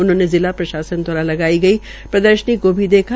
उन्होंने जिला प्रशासन दवारा लगाई गई प्रदर्शनी को भी देखा